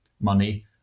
money